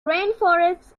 rainforests